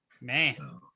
Man